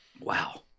Wow